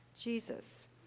Jesus